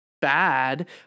bad